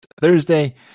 Thursday